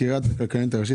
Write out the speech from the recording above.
"מסקירת הכלכלנית הראשית